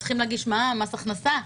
צריכים להגיש מע"מ, מס הכנסה?